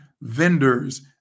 vendors